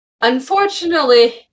unfortunately